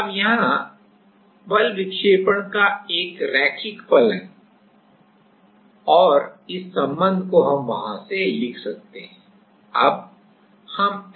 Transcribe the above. अब यहाँ बल विक्षेपण का एक रैखिक फलन है और इस संबंध को हम वहाँ से लिख सकते हैं